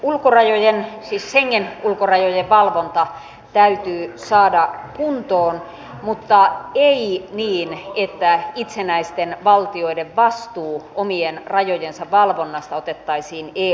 schengen ulkorajojen valvonta täytyy saada kuntoon mutta ei niin että itsenäisten valtioiden vastuu omien rajojensa valvonnasta otettaisiin eun haltuun